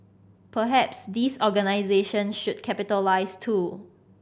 perhaps these organisations should capitalise too